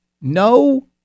No